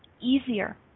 easier